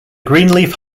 greenleaf